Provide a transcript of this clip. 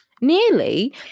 Nearly